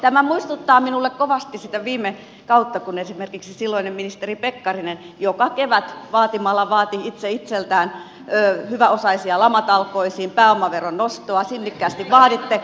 tämä muistuttaa minulle kovasti siitä viime kaudesta kun esimerkiksi silloinen ministeri pekkarinen joka kevät vaatimalla vaati itse itseltään hyväosaisia lamatalkoisiin pääomaveron nostoa sinnikkäästi vaaditte